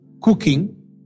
Cooking